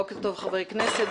בוקר טוב לחברי הכנסת,